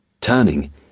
Turning